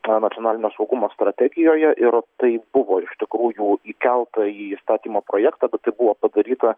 na nacionalinio saugumo strategijoje ir tai buvo iš tikrųjų įkelta į įstatymo projektą bet tai buvo padaryta